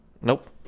Nope